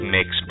Mix